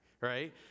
right